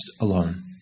alone